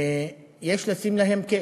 יש לשים להן קץ.